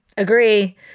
agree